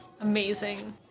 Amazing